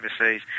overseas